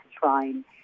trying